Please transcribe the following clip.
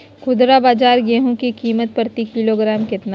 खुदरा बाजार गेंहू की कीमत प्रति किलोग्राम कितना है?